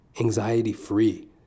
anxiety-free